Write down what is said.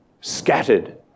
scattered